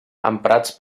emprats